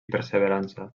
perseverança